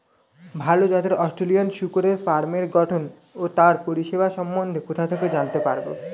ভাল জাতের অস্ট্রেলিয়ান শূকরের ফার্মের গঠন ও তার পরিবেশের সম্বন্ধে কোথা থেকে জানতে পারবো?